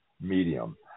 medium